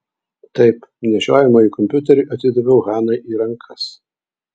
taip nešiojamąjį kompiuterį atidaviau hanai į rankas